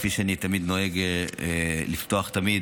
כפי שאני נוהג לפתוח תמיד,